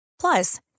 Plus